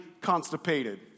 constipated